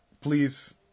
please